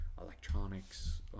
electronics